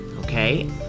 Okay